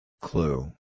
Clue